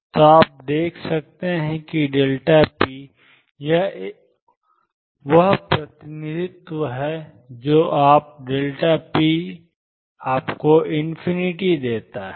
तो आप देख सकते हैं किp यह वह प्रतिनिधित्व है जो आपको p देता है